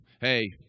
hey